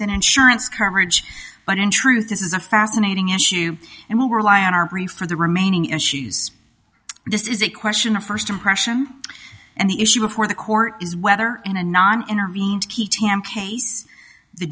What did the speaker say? than insurance coverage but in truth this is a fascinating issue and we rely on our brief for the remaining issues this is a question of first impression and the issue before the court is whether in a non intervened